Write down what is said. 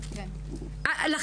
כן, רפרנטית רווחה באגף תקציבים.